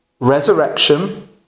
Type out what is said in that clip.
Resurrection